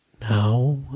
Now